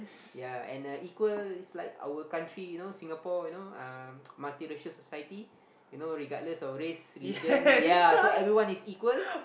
ya and uh equal is like our country you know Singapore you know um multi racial society you know regardless of race religion ya so everyone is equal